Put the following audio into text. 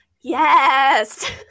yes